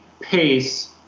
PACE